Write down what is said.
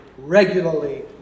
regularly